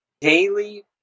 daily